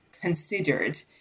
considered